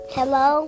Hello